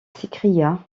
s’écria